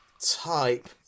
type